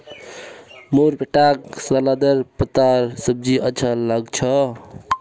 मोर बेटाक सलादेर पत्तार सब्जी अच्छा लाग छ